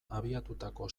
abiatutako